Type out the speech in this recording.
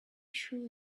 sure